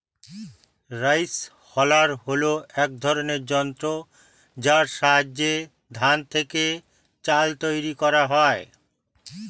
rice huller হল এক ধরনের যন্ত্র যার সাহায্যে ধান থেকে চাল তৈরি করা হয়